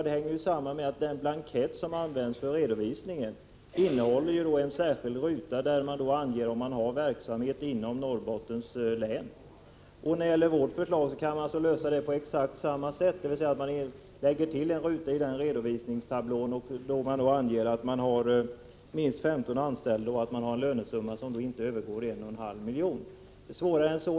Det hänger samman med att den blankett som används för redovisning innehåller en särskild ruta där man anger om man har verksamhet inom Norrbottens län. När det gäller vårt förslag kan man lösa det på exakt samma sätt, dvs. att det läggs till en ruta i redovisningstablån där man anger att man har minst 15 anställda och att man har en lönesumma som inte överstiger 1,5 milj.kr. - Prot.